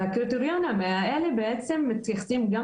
בקריטריונים האלה בעצם מתייחסים גם